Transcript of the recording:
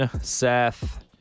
Seth